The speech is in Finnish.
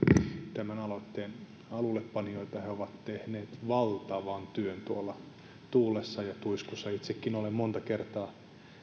tämän aloitteen alullepanijoita he ovat tehneet valtavan työn tuolla tuulessa ja tuiskussa itsekin olen monta kertaa